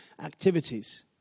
activities